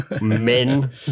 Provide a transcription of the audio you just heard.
men